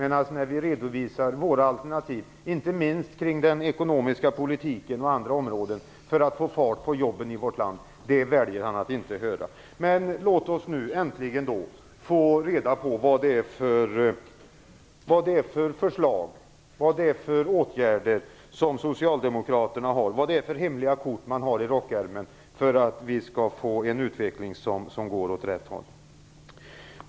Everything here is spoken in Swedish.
När vi redovisar våra alternativ, inte minst i den ekonomiska politiken och på andra områden för att få fart på jobben i vårt land, väljer han att inte höra. Låt oss nu äntligen få reda på vilka förslag och åtgärder som Socialdemokraterna har, vilka hemliga kort de har i rockärmen, för att vi skall få en utveckling som går åt rätt håll!